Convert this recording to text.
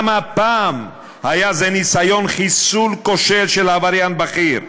גם הפעם היה זה ניסיון חיסול כושל של עבריין בכיר.